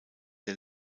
der